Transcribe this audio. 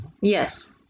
Yes